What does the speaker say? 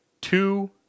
two